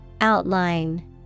Outline